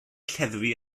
lleddfu